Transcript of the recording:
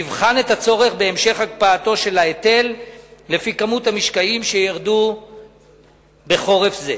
נבחן את הצורך בהמשך הקפאתו של ההיטל לפי כמות המשקעים שתרד בחורף זה.